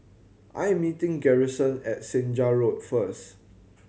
I am meeting Garrison at Senja Road first